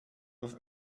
with